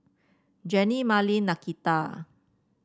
Jenny Marlen Nakita